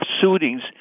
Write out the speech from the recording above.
suitings